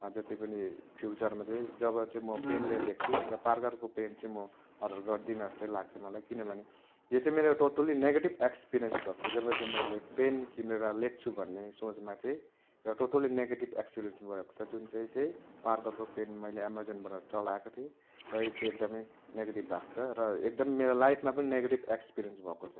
जति पनि फ्युचरमा चाहिँ जब चाहिँ म पेनले लेख्छु र पार्करको पेन चाहिँ म अर्डर गर्दिनँ जस्तै लाग्छ मलाई किनभने यो चाहिँ मेरो टोटली नेगेटिभ एक्सपिरियन्स भएको छ जब चाहिँ मैले पेन किनेर लेख्छु भन्ने सोचमा चाहिँ टोटली नेगेटिभ एक्सपिरियन्स भएको छ जुन चाहिँ चाहिँ पार्करको पेन मैले एमाजोनबाट चलाएको थिएँ र यो चाहिँ एकदमै नेगेटिभ भएको छ र एकदम मेरो लाइफमा पनि नेगेटिभ एक्सपिरियन्स भएको छ